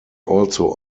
also